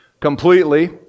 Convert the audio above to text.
completely